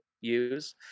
use